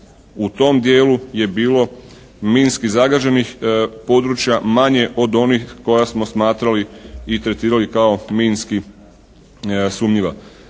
u tom dijelu je bilo minski zagađenih područja, manje od onih koja smo smatrali i tretirali kao minski sumnjiva.